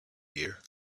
here